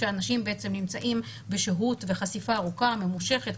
כשאנשים נמצאים בשהות וחשיפה ארוכה וממושכת,